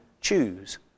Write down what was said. choose